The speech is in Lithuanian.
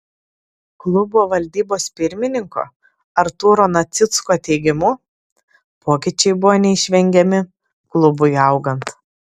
klubo valdybos pirmininko artūro nacicko teigimu pokyčiai buvo neišvengiami klubui augant